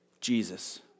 Jesus